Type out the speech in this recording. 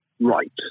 right